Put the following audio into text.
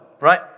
right